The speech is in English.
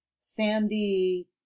sandy